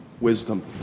wisdom